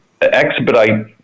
expedite